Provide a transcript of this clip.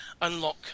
unlock